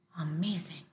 amazing